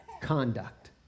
conduct